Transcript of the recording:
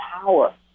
power